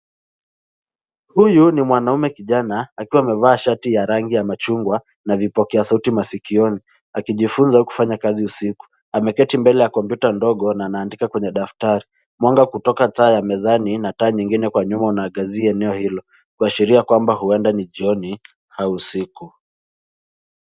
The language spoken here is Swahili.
Huyu ni mwanaume kijana akiwa amevaa shati ya rangi ya machungwa, na vipoa sauti masikioni, akijifunza kufanya kazi usiku. Ameketi mbele ya kompyuta ndogo na anaandika kwenye daftari. Mwanga kutoka taa ya mezani na nyingine kwa nyumba unaangazia eneo hilo, kuashiria kwamba huenda ni jioni au usiku.